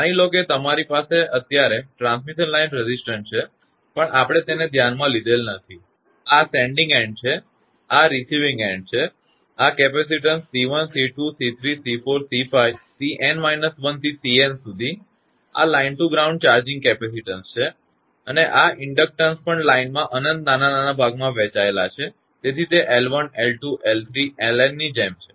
માની લો કે તમારી પાસે અત્યારે ટ્રાન્સમિશન લાઇન રેઝિસ્ટન્સ છે પણ આપણે તેને ધ્યાનમાં લીધેલ નથી આ સેન્ડીંગ એન્ડ છે અને આ રિસીવીંગ એન્ડ છે અને આ કેપેસિટીન્સ 𝐶1 𝐶2 𝐶3 𝐶4 𝐶5 𝐶𝑛−1 થી 𝐶𝑛 સુધી આ line to ground charging capacitance છે અને આ ઇન્ડક્ટન્સ પણ લાઇનમાં અનંત નાના નાના ભાગમાં વહેંચાયેલ છે તેથી તે 𝐿1 𝐿2 𝐿3 𝐿𝑛 ની જેમ છે